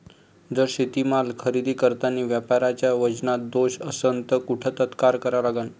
जर शेतीमाल खरेदी करतांनी व्यापाऱ्याच्या वजनात दोष असन त कुठ तक्रार करा लागन?